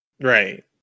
Right